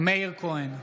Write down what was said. מאיר כהן,